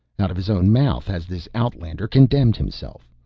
out of his own mouth has this outlander condemned himself.